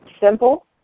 Simple